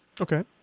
Okay